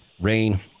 Rain